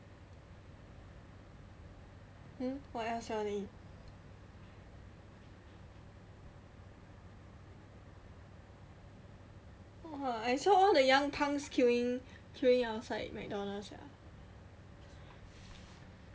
hmm what else you want to eat !wah! I saw all the young punks queueing queueing outside McDonald's sia